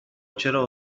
چرا